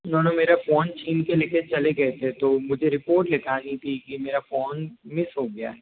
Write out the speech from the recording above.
उन्होंने मेरा फ़ोन छीन के लेके चले गए थे तो मुझे रिपोर्ट लिखानी थी कि मेरा फ़ोन मिस हो गया है